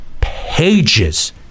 pages